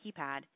keypad